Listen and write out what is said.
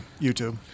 YouTube